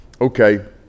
okay